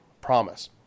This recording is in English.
Promise